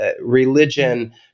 religion